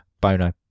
Bono